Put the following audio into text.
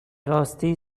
راستی